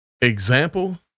example